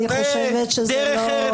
אני חושבת שזה לא --- דרך ארץ קדמה לתורה.